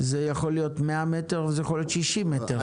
זה יכול להיות 100 מטר, זה יכול להיות 60 מטר.